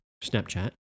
Snapchat